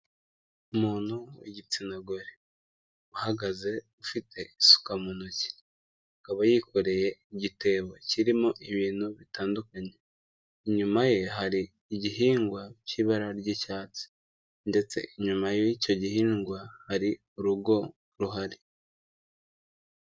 Umuntu w'igitsina gore, uhagaze ufite isuka mu ntoki, akaba yikoreye igitebo kirimo ibintu bitandukanye. Inyuma ye hari igihingwa cy'ibara ry'icyatsi, ndetse inyuma y'icyo gihingwa hari urugo ruhari.